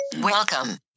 Welcome